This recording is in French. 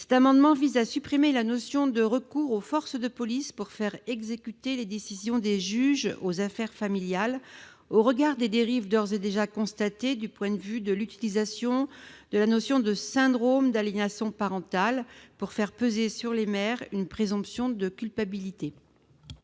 Cet amendement vise à supprimer la notion de recours aux forces de police pour faire exécuter les décisions des juges aux affaires familiales, au regard des dérives d'ores et déjà constatées du point de vue de l'utilisation du syndrome d'aliénation parentale pour faire peser sur les mères une présomption de culpabilité.